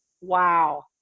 Wow